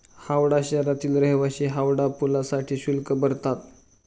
हावडा शहरातील रहिवासी हावडा पुलासाठी शुल्क भरतात